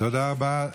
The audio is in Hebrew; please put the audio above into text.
תודה רבה,